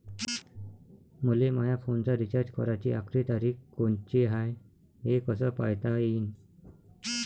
मले माया फोनचा रिचार्ज कराची आखरी तारीख कोनची हाय, हे कस पायता येईन?